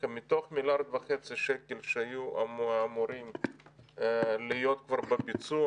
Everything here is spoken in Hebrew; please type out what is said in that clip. מתוך מיליארד חצי שקלים שהיו אמורים להיות כבר בביצוע,